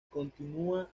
continúa